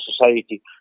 society